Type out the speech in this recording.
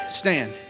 stand